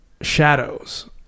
shadows